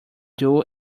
due